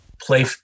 play